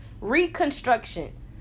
Reconstruction